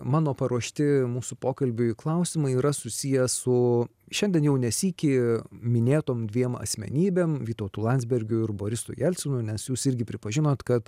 mano paruošti mūsų pokalbiui klausimai yra susiję su šiandien jau ne sykį minėtom dviem asmenybėm vytautu landsbergiu ir borisu jelcinu nes jūs irgi pripažinot kad